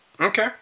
Okay